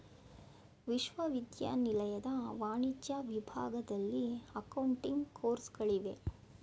ವಿಶ್ವವಿದ್ಯಾನಿಲಯದ ವಾಣಿಜ್ಯ ವಿಭಾಗದಲ್ಲಿ ಅಕೌಂಟಿಂಗ್ ಕೋರ್ಸುಗಳಿಗೆ